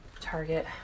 Target